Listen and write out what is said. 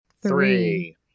Three